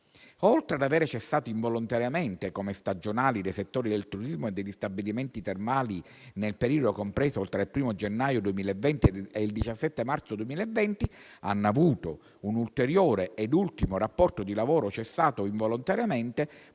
oltre ad aver cessato involontariamente come stagionali nei settori del turismo e degli stabilimenti termali nel periodo compreso tra il 1° gennaio e il 17 marzo 2020 - hanno avuto un ulteriore e ultimo rapporto di lavoro cessato involontariamente,